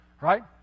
right